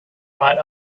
right